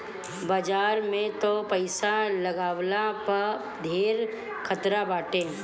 बाजार में तअ पईसा लगवला पअ धेरे खतरा बाटे